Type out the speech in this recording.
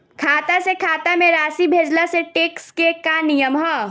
खाता से खाता में राशि भेजला से टेक्स के का नियम ह?